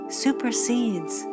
supersedes